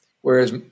Whereas